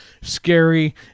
scary